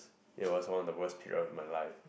it was one of the worse period of my life